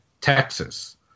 Texas